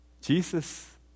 Jesus